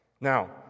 Now